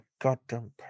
goddamn